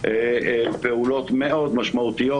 פעולות מאוד משמעותיות.